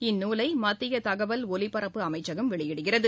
இந்நூலைமத்தியதகவல் ஒலிபரப்பு அமைச்சகம் வெளியிடுகிறது